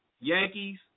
Yankees